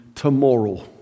Tomorrow